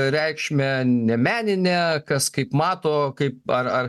reikšmę ne meninę kas kaip mato kaip ar ar